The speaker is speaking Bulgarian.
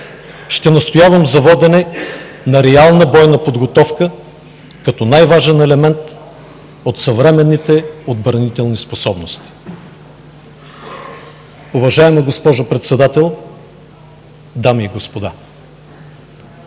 Ще настоявам за водене на реална бойна подготовка, като най-важен елемент от съвременните отбранителни способности. Уважаема госпожо Председател, дами и господа!